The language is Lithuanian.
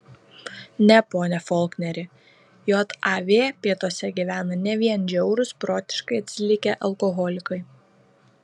ne pone folkneri jav pietuose gyvena ne vien žiaurūs protiškai atsilikę alkoholikai